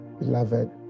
Beloved